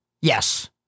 Yes